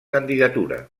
candidatura